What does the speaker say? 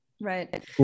Right